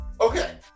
Okay